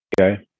Okay